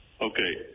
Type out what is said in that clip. Okay